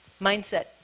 mindset